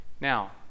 Now